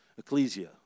Ecclesia